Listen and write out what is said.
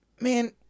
man